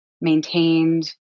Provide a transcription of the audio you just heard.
maintained